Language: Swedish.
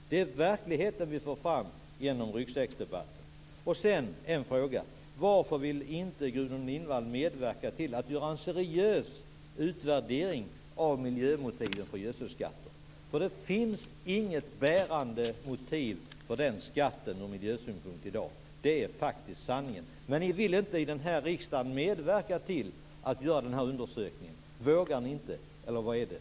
Det är verkligheten vi får fram genom ryggsäcksdebatten. Jag har en fråga. Varför vill Gudrun Lindvall inte medverka till att göra en seriös utvärdering av miljömotiven för gödselskatter? Det finns inget bärande motiv för den skatten ur miljösynpunkt i dag. Det är faktiskt sanningen. Men ni vill inte i denna riksdag medverka till att göra denna undersökning. Vågar ni inte, eller vad är det?